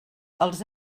els